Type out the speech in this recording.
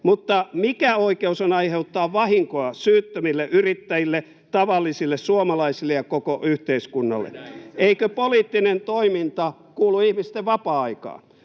Mutta mikä oikeus on aiheuttaa vahinkoa syyttömille yrittäjille, tavallisille suomalaisille ja koko yhteiskunnalle? [Jussi Saramo: Kysykää itseltänne!] Eikö poliittinen toiminta kuulu ihmisten vapaa-aikaan?